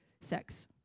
sex